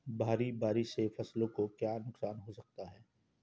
भारी बारिश से फसलों को क्या नुकसान हो सकता है?